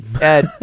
Ed